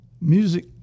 music